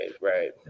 right